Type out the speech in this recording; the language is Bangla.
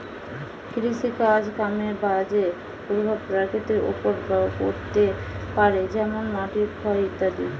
কৃষিকাজ কামের বাজে প্রভাব প্রকৃতির ওপর পড়তে পারে যেমন মাটির ক্ষয় ইত্যাদি